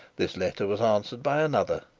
this letter was answered by another,